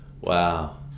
wow